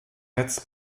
netz